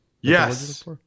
Yes